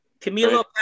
Camilo